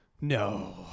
No